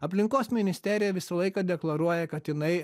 aplinkos ministerija visą laiką deklaruoja kad jinai